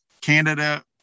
Canada